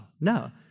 no